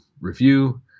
review